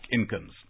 incomes